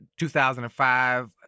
2005